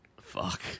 Fuck